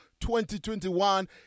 2021